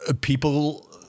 people